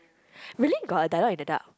really got a dialogue in the dark